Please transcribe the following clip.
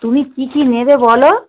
তুমি কী কী নেবে বলো